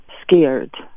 scared